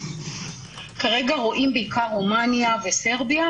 כרגע רואים בעיקר רומניה וסרביה,